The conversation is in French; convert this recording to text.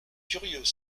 curieux